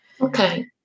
Okay